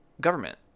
government